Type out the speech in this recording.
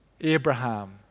Abraham